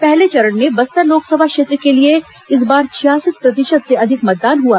पहले चरण में बस्तर लोकसभा क्षेत्र के लिए इस बार छियासठ प्रतिशत से अधिक मतदान हुआ